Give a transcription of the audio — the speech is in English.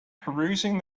perusing